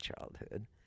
childhood